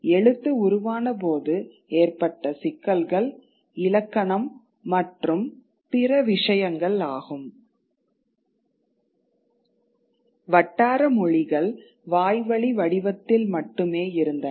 எழுத்து உருவானபோது ஏற்பட்ட சிக்கல்கள் இலக்கணம் மற்றும் பிற விஷயங்கள் ஆகும் வட்டாரமொழிகள் வாய்வழி வடிவத்தில் மட்டுமே இருந்தன